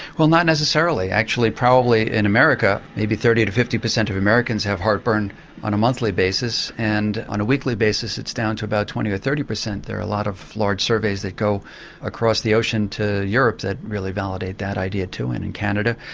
well not necessarily. actually probably in america, maybe thirty to fifty percent of americans have heartburn on a monthly basis, and on a weekly basis it's down to about twenty to thirty percent. there are a lot of large surveys that go across the ocean to europe that really validate that idea, too, and in canada.